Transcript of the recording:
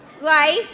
life